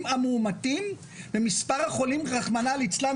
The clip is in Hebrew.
המאומתים ומספר החולים רחמנה ליצלן,